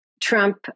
Trump